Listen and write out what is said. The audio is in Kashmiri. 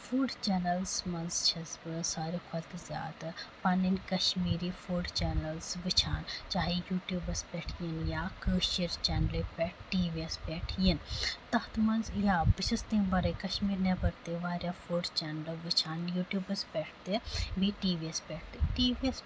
فُڈ چیٚنَلٕز منٛز چھَس بہٕ ساروی کھۄتہٕ زیادٕ پَنٕنۍ کَشمیٖری فُڈ چیٚنَلٕز وٕچھان چاہے یوٗٹوٗبَس پٮ۪ٹھ یہِ یا کٲشِر چیٚنلہِ پٮ۪ٹھ یا ٹی ویس پٮ۪ٹھ یِنۍ تَتھ منٛز یا بہٕ چھَس تَمہِ وَرٲے کَشمیٖر نیبر تہِ واریاہ فُڈ چیٚنلہٕ وٕچھان یوٗٹوٗبَس پٮ۪ٹھ تہِ بیٚیہِ ٹی وِیَس پٮ۪ٹھ تہِ ٹی ویس پٮ۪ٹھ